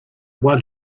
one